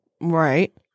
right